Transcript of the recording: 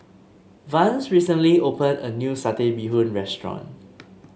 Vance recently opened a new Satay Bee Hoon restaurant